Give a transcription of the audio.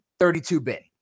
32-bit